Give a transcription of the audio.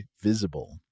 Visible